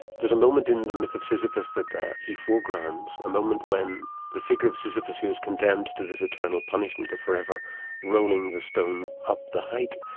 there's a moment in the myth of sisyphus that he foregrounds, a moment when the figure of sisyphus who's condemned to this eternal punishment of forever rolling the stone up the height,